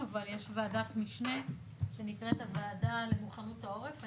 אבל יש ועדת משנה שנקראת הוועדה למוכנות העורף,